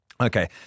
Okay